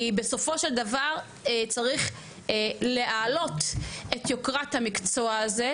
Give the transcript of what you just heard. כי בסופו של דבר צריך להעלות את יוקרת המקצוע הזה,